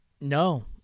no